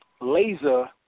laser